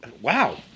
Wow